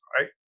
right